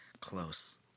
close